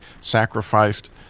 sacrificed